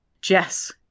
Jess